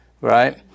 right